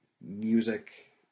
music